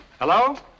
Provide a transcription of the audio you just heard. Hello